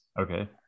Okay